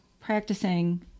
practicing